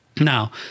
now